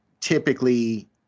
typically